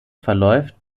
verläuft